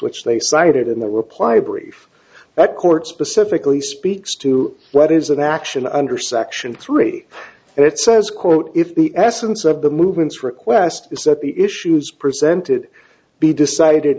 which they cited in the reply brief that court specifically speaks to what is an action under section three and it says quote if the essence of the movements request is that the issues presented be decided